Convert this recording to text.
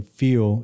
feel